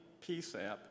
PSAP